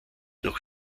noch